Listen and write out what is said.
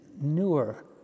Newer